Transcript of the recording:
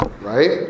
right